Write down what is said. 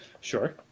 Sure